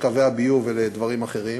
לקווי הביוב ולדברים אחרים,